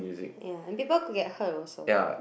ya and people could get hurt also